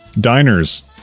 Diners